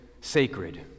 sacred